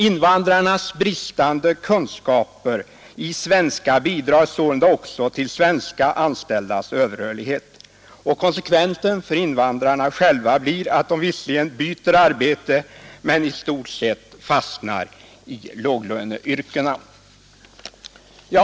Invandrarnas bristande kunskaper i svenska bidrar sålunda också till svenska anställdas överrörlighet. Konsekvensen för invandrarna själva blir att de visserligen byter arbete men i stort sett fastnar i låglöneyrkena.